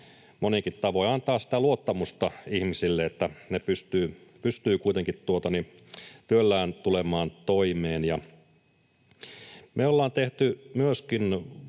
moninkin tavoin — antaa sitä luottamusta ihmisille, että he pystyvät kuitenkin työllään tulemaan toimeen. Me ollaan tehty tähän